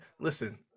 listen